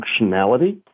functionality